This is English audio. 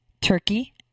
Turkey